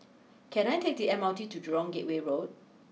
can I take the M R T to Jurong Gateway Road